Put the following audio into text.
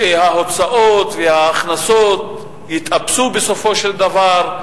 שההוצאות וההכנסות יתאפסו בסופו של דבר.